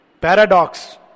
paradox